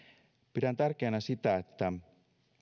pidän tärkeänä sitä että